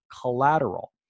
collateral